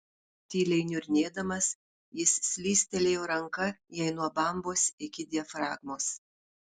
tyliai niurnėdamas jis slystelėjo ranka jai nuo bambos iki diafragmos